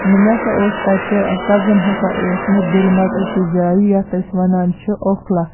مےٚ ہسا اوس تَتہِ کَزٕن ہسا اوس مےٚدِلہِ منٛز أکِس جایہِ یَتھ أسۍ وَنان چھِ اوٚکھلا